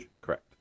Correct